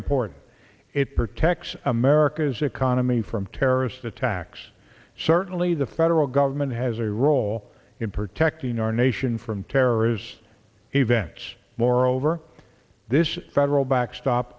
important it protects america's economy from terrorist attacks certainly the federal government has a role in protecting our nation from terrorist events moreover this federal backstop